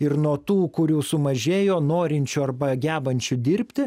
ir nuo tų kurių sumažėjo norinčių arba gebančių dirbti